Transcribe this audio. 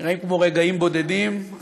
נראות כמו רגעים בודדים,